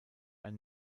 ein